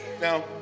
Now